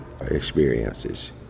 experiences